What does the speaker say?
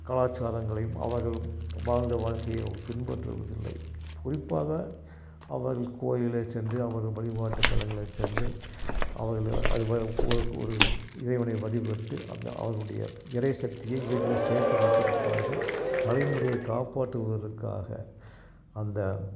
கலாச்சாரங்களையும் அவர்கள் வாழந்த வாழ்க்கையை பின்பற்றுவதில்லை குறிப்பாக அவர்கள் கோயிலை சென்று அவர்களின் வழிபாட்டு தளங்களில் சென்று அவர்கள் அது ஒரு இறைவனை வழிபட்டு அந்த அவர்களுடைய இறை சக்தியை வீட்டில் சேர்த்து வைத்திருப்பார்கள் தலைமுறையை காப்பாற்றுவதற்காக அந்த